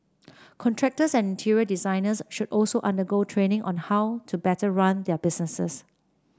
contractors and interior designers should also undergo training on how to better run their businesses